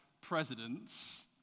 presidents